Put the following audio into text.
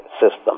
system